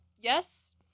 Yes